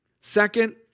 Second